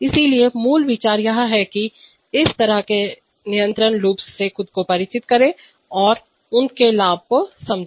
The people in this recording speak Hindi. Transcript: इसलिए मूल विचार यह है कि इस तरह के नियंत्रण लूप्स से खुद को परिचित करें और उनके लाभ को समझें